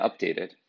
updated